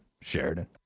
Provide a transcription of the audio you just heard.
Sheridan